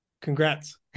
congrats